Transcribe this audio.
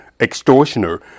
extortioner